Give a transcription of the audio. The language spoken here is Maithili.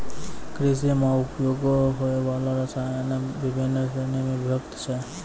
कृषि म उपयोग होय वाला रसायन बिभिन्न श्रेणी म विभक्त छै